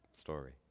story